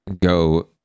go